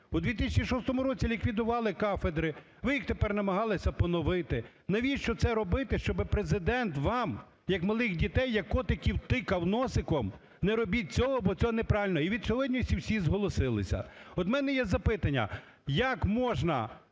У 2006 році ліквідували кафедри, ви їх тепер намагались поновити, навіщо це робити, щоб Президент вам, як малих дітей, як котиків, тикав носиком, не робіть цього, бо це неправильно. І від сьогодні всі зголосилися. От у мене є запитання: як можна